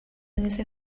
lose